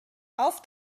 auf